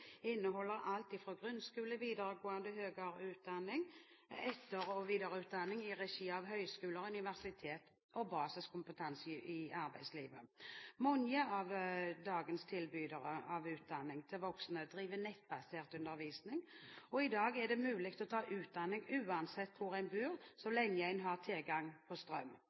inneholder alt fra grunnskole, videregående, høyere utdanning, etter- og videreutdanning i regi av høyskoler og universitet og basiskompetanse i arbeidslivet. Mange av dagens tilbydere av utdanning til voksne driver nettbasert undervisning, og i dag er det mulig å ta utdanning uansett hvor man bor, så lenge man har tilgang på strøm.